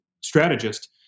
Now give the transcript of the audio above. strategist